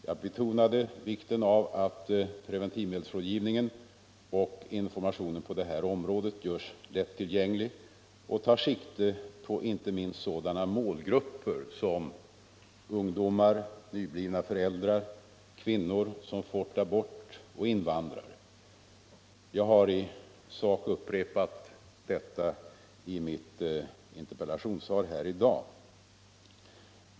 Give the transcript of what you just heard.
Jag betonade vikten av att preventivmedelsrådgivningen och informationen på det här området görs lättillgängliga och tar sikte på inte minst sådana målgrupper som ungdomar, nyblivna föräldrar, kvinnor som fått abort och invandrare. Jag har i sak upprepat detta i mitt interpellationssvar här i dag.